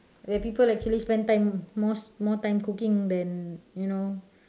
where people actually spend time more more time cooking then you know